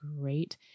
great